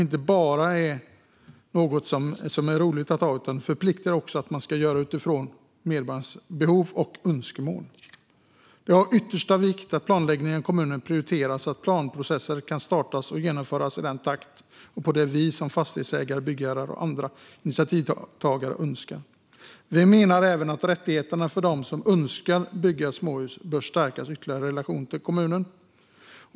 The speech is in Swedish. Det är inte något som bara ska vara roligt att ha, utan man ska agera utifrån medborgarnas behov och önskemål. Det är av yttersta vikt att planläggningen i kommunerna prioriteras så att planprocesser kan startas och genomföras i den takt och på det vis som fastighetsägare, byggherrar och andra initiativtagare önskar. Vi menar även att rättigheterna för dem som önskar bygga småhus bör stärkas ytterligare i relation till kommunen.